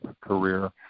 career